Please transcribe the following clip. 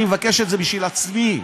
אני מבקש את זה בשביל עצמי.